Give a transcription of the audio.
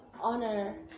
honor